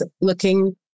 Looking